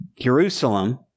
Jerusalem